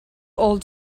old